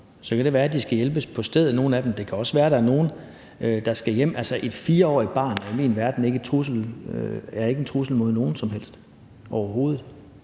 Så kan det være, nogle af dem skal hjælpes på stedet. Det kan også være, der er nogle, der skal hjem. Altså, et 4-årigt barn er i min verden ikke en trussel mod nogen som helst, overhovedet.